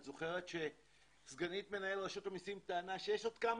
את זוכרת שסגנית מנהל רשות המסים טענה שיש עוד כמה